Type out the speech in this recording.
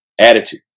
attitude